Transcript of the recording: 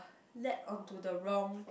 led onto the wrong